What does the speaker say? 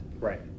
right